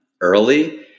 early